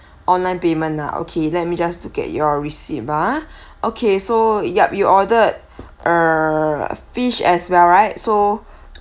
online payment ah okay let me just to get your receipt ah okay so yup you ordered uh a fish as well right so